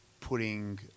putting